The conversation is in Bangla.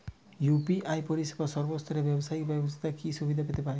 ইউ.পি.আই পরিসেবা সর্বস্তরের ব্যাবসায়িক ব্যাক্তিরা কি সুবিধা পেতে পারে?